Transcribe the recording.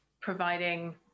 providing